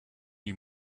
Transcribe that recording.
you